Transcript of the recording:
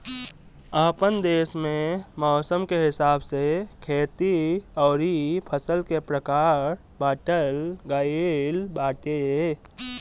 आपन देस में मौसम के हिसाब से खेती अउरी फसल के प्रकार बाँटल गइल बाटे